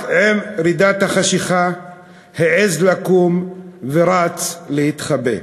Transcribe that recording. רק עם רדת החשכה העז לקום ורץ להתחבא.